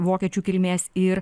vokiečių kilmės ir